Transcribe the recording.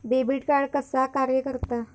Debit card कसा कार्य करता?